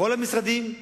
בכל המשרדים,